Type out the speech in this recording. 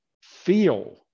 feel